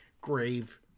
grave